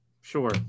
sure